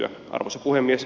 arvoisa puhemies